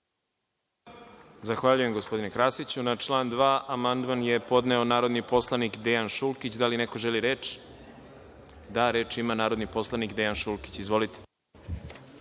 Zahvaljujem gospodine Krasiću. Na član 2. amandman je podneo narodni poslanik Dejan Šulkić. Da li neko želi reč? (Da.)Reč ima narodni poslanik Dejan Šulkić. Izvolite.